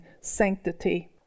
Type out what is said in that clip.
sanctity